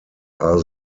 are